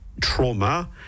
trauma